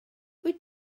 wyt